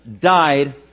died